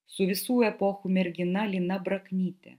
su visų epochų mergina lina braknyte